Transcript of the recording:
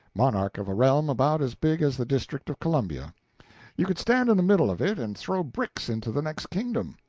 monarch of a realm about as big as the district of columbia you could stand in the middle of it and throw bricks into the next kingdom.